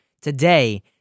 today